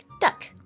duck